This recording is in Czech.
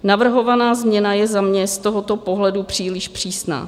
Navrhovaná změna je za mě z tohoto pohledu příliš přísná.